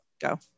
go